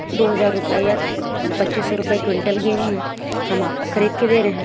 दो हज़ार रुपये या पच्चीस सौ रुपये क्विंटल गेहूं है हम आपको खरीद के दे रहे हैं